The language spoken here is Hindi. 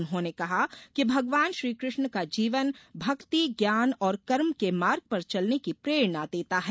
उन्होंने कहा कि भगवान श्रीकृष्ण का जीवन भक्ति ज्ञान और कर्म के मार्ग पर चलने की प्रेरणा देता है